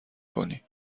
کنی